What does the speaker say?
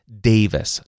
Davis